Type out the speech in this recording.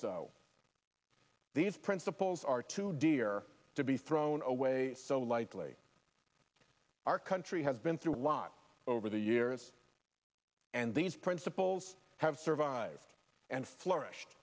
these principles are too dear to be thrown away so lightly our country has been through a lot over the years and these principles have survived and flourished